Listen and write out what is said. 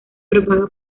propaga